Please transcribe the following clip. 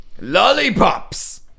lollipops